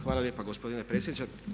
Hvala lijepa gospodine predsjedniče.